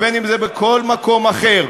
ואם בכל מקום אחר,